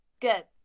Good